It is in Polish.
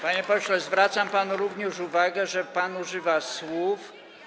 Panie pośle, zwracam panu również uwagę, że pan używa słów.